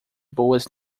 boas